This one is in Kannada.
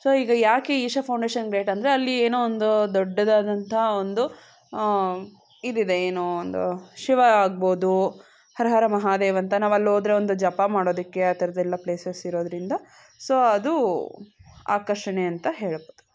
ಸೊ ಈಗ ಯಾಕೆ ಈಶಾ ಫೌಂಡೇಷನ್ ಗ್ರೇಟ್ ಅಂದರೆ ಅಲ್ಲಿ ಏನೋ ಒಂದು ದೊಡ್ಡದಾದಂಥ ಒಂದು ಇದಿದೆ ಏನು ಒಂದು ಶಿವ ಆಗ್ಬೋದು ಹರ ಹರ ಮಹಾದೇವ ಅಂತ ನಾವಲ್ಲೋದ್ರೆ ಒಂದು ಜಪ ಮಾಡೋದಕ್ಕೆ ಆ ಥರದ್ದೆಲ್ಲ ಪ್ಲೇಸಸ್ ಇರೋದ್ರಿಂದ ಸೊ ಅದು ಆಕರ್ಷಣೆ ಅಂತ ಹೇಳ್ಬೋದು